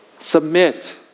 submit